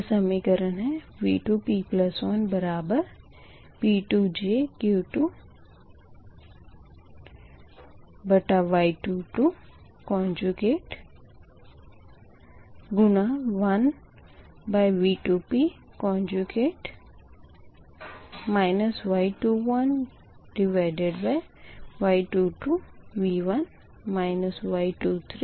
यह समीकरण है V2p1P2 jQ2Y221V2p Y21Y22V1 Y23Y22V3p